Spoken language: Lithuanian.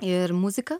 ir muziką